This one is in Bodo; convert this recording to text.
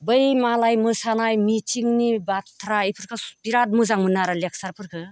बै मालाय मोसानाय मिथिंनि बाथ्रा बेफोरखौ बिरात मोजां मोनो आरो लेक्सारफोरखौ